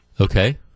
Okay